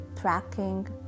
tracking